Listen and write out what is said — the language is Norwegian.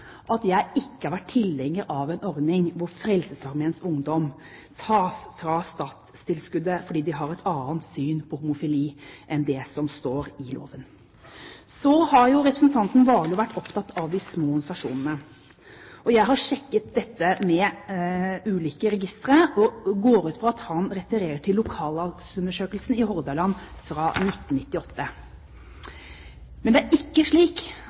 at jeg ikke har vært tilhenger av en ordning hvor Frelsesarmeens Ungdom fratas statstilskuddet fordi de har et annet syn på homofili enn det som står i loven. Representanten Warloe har vært opptatt av de små organisasjonene. Jeg har sjekket dette med ulike registre. Jeg går ut fra at han refererer til Lokallagsundersøkelsen i Hordaland fra 1998. Men det er ikke slik